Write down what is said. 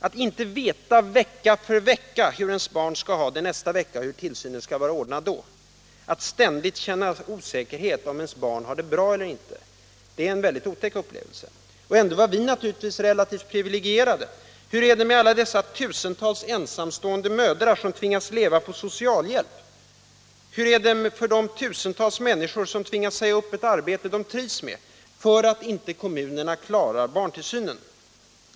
Att inte veta vecka för vecka hur ens barn skall ha det nästa vecka, hur tillsynen skall ordnas då, att ständigt känna osäkerhet om ens barn har det bra eller inte — det är en otäck Nr 76 upplevelse. Tisdagen den Ändå var vi naturligtvis relativt privilegierade. Hur är det för alla dessa —| mars 1977 tusentals ensamstående mödrar som tvingas leva på socialhjälp, hur är so det för de tusentals människor som tvingas säga upp ett arbete de trivs - Om utbyggnaden av med, därför att kommunerna inte klarar barntillsynen?